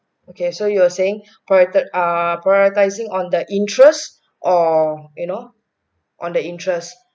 okay so you are saying private uh prioritizing on the interest or you know on the interest